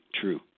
true